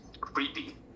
creepy